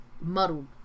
muddled